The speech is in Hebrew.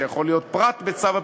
זה יכול להיות פרט בצו,